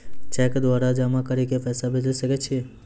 Cheque द्वारा जमा करि के पैसा भेजै सकय छियै?